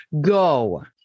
go